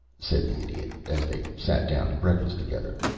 said the idiot, as they sat down to breakfast together.